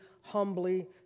humbly